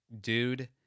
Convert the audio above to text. dude